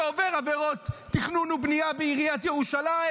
שעובר עבירות תכנון ובנייה בעיריית ירושלים,